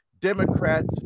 democrats